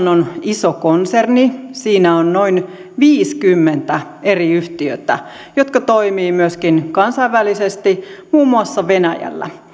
on myöskin iso konserni siinä on noin viisikymmentä eri yhtiötä jotka toimivat myöskin kansainvälisesti muun muassa venäjällä